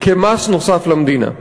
כמס נוסף למדינה.